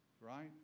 Right